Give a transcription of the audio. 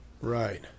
Right